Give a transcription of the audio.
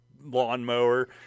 lawnmower